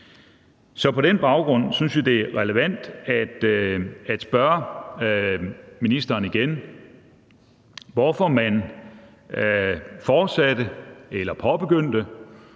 Så på den baggrund synes vi, det er relevant igen at spørge ministeren om, hvorfor man fortsatte, eller påbegyndte,